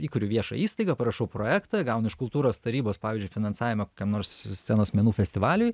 įkuriu viešą įstaigą parašau projektą gaunu iš kultūros tarybos pavyzdžiui finansavimą kokiam nors scenos menų festivaliui